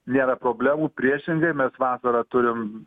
nėra problemų priešingai mes vasarą turim